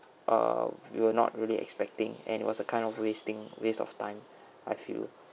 uh we were not really expecting and it was a kind of wasting waste of time I feel